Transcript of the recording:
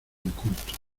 inculto